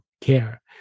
care